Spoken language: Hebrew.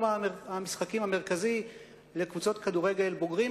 המשחקים המרכזי לקבוצות כדורגל בוגרים,